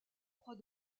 croix